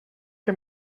que